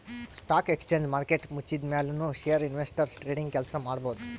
stock exchange market ಮುಚ್ಚಿದ್ಮ್ಯಾಲ್ ನು share investors trading ಕೆಲ್ಸ ಮಾಡಬಹುದ್